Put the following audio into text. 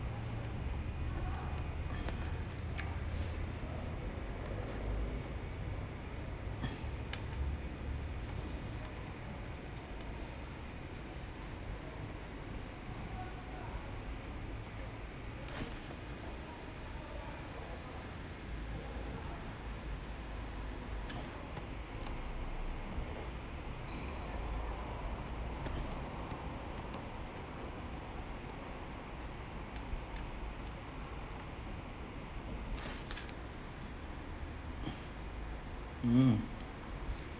mm